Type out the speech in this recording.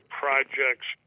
projects